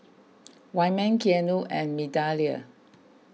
Wyman Keanu and Migdalia